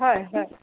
হয় হয়